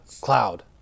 Cloud